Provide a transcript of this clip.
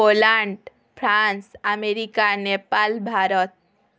Poland France America Nepal Bharat